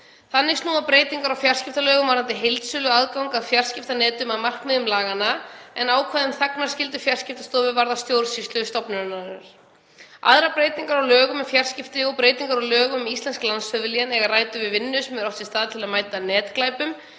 Þannig snúa breytingar á fjarskiptalögum varðandi heildsöluaðgang að fjarskiptanetum að markmiðum laganna, en ákvæði um þagnarskyldu Fjarskiptastofu varða stjórnsýslu stofnunarinnar. Aðrar breytingar á lögum um fjarskipti og breytingar á lögum um íslensk landshöfuðlén eiga rætur í vinnu sem átt hefur sér stað til að mæta netglæpum,